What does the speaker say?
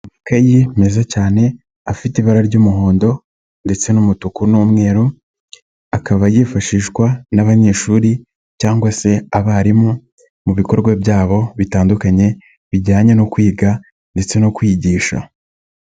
Amakayi meza cyane afite ibara ry'umuhondo ndetse n'umutuku n'umweru akaba yifashishwa n'abanyeshuri cyangwa se abarimu mu bikorwa byabo bitandukanye, bijyanye no kwiga ndetse no kwigisha.